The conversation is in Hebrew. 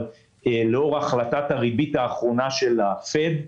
אבל לאור החלטת הריבית האחרונה של ה-FED,